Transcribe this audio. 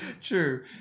true